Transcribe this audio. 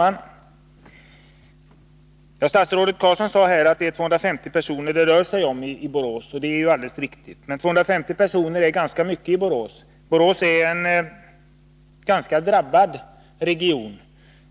Herr talman! Statsrådet Carlsson sade att det är 250 personer det rör sig om i Borås. Det är alldeles riktigt. Men 250 personer är ganska mycket i Borås. Borås är en drabbad region